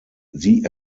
sie